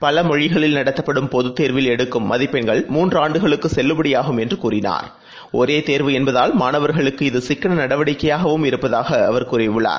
பலமொழிகளில் நடத்தப்படும் பொதுதேர்வில் எடுக்கும் மதிப்பெண்கள் மூன்றாண்டுகளுக்குசெல்லுபடியாகும் என்றுஅவர் கூறினார் ஒரேதேர்வு என்பதால் மாணவர்களுக்கு இது சிக்கனநடவடிக்கையாகவும் இருப்பதாகஅவர் கூறியுள்ளார்